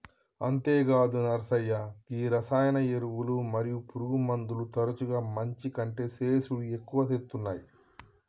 అంతేగాదు నర్సయ్య గీ రసాయన ఎరువులు మరియు పురుగుమందులు తరచుగా మంచి కంటే సేసుడి ఎక్కువ సేత్తునాయి